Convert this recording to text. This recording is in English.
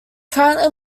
currently